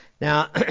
Now